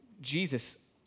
Jesus